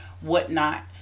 whatnot